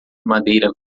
madeira